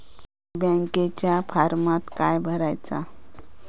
बँकेच्या फारमात काय भरायचा?